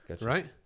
Right